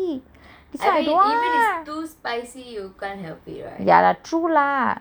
I mean even if too spicy you can't help it right